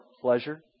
pleasure